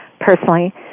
personally